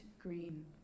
green